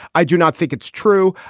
i do not think it's true.